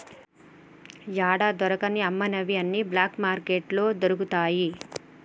యాడా దొరకని అమ్మనివి అన్ని బ్లాక్ మార్కెట్లో దొరుకుతయి